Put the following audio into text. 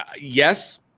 yes